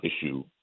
issue